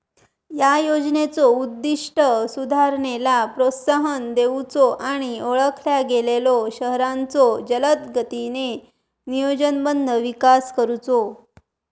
या योजनेचो उद्दिष्ट सुधारणेला प्रोत्साहन देऊचो आणि ओळखल्या गेलेल्यो शहरांचो जलदगतीने नियोजनबद्ध विकास करुचो